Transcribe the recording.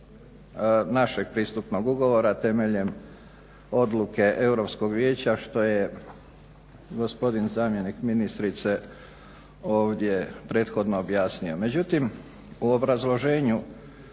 našeg pristupnog ugovora temeljem odluke Europskog vijeća što je gospodin zamjenik ministrice ovdje prethodno objasnio. Međutim, u obrazloženju